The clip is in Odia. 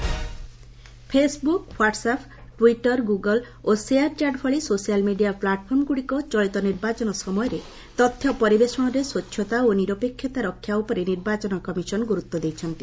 EC social media Facebook WhatsApp Twitter Google ଓ ସେୟାର ଚାଟ୍ ଭଳି ସୋସିଆଲ୍ ମିଡ଼ିଆ ପ୍ଲାଟଫର୍ମଗୁଡ଼ିକ ଚଳିତ ନିର୍ବାଚନ ସମୟରେ ତଥ୍ୟ ପରିବେଷଣରେ ସ୍ପଚ୍ଛତା ଓ ନିରପେକ୍ଷତା ରକ୍ଷା ଉପରେ ନିର୍ବାଚନ କମିଶନ ଗୁରୁତ୍ୱ ଦେଇଛନ୍ତି